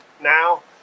now